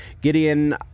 Gideon